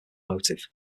motive